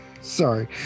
sorry